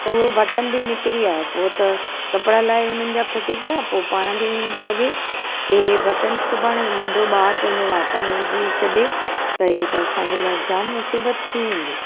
त उहो बटण बि निकिरी आयो पोइ त कपिड़ा लाही हुननि जा फिटी कया पोइ पाण खे ईअं पियो लॻे की हे बटण सुभाणे नंढो ॿारु पंहिंजे वात में विझी छ्ॾे त हा त असांजे लाइ जाम मुसीबतु थी वेंदी